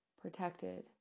protected